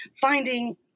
finding